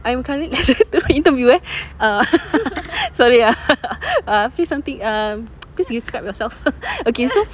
I am currently interview eh uh sorry ah uh please don't think um please describe yourself okay so